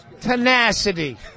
Tenacity